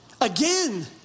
again